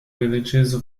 villages